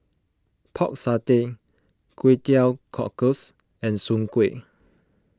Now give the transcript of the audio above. Pork Satay Kway Teow Cockles and Soon Kway